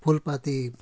Phulpati